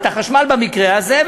את החשמל במקרה הזה,